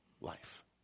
life